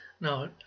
No